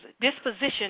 disposition